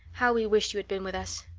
how we wished you had been with us.